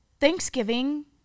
Thanksgiving